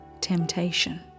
temptation